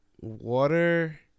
water